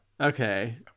okay